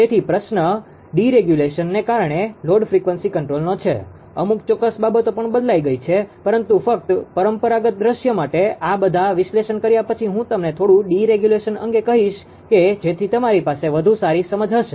તેથી પ્રશ્ન ડિરેગ્યુલેશનderegulationઅનીયમનને કારણે લોડ ફ્રીક્વન્સી કંટ્રોલનો છે અમુક ચોક્કસ બાબતો પણ બદલાઈ ગઈ છે પરંતુ ફક્ત પરંપરાગત દૃશ્ય માટે આ બધા વિશ્લેષણ કર્યા પછી હું તમને થોડું ડીરેગ્યુલેશન અંગે કહીશ કે જેથી તમારી પાસે વધુ સારી સમજ હશે